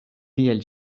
tiel